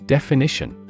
Definition